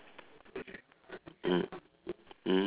mm mmhmm